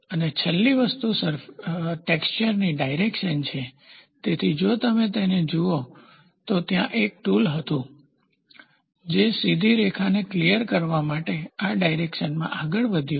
અને છેલ્લી વસ્તુ ટેક્સચરની ડાયરેકશન છે તેથી જો તમે તેને જુઓ તો ત્યાં એક ટુલ હતું જે સીધી રેખાને ક્લીયર કરવા માટે આ ડાયરેકશનમાં આગળ વધ્યું છે